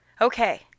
okay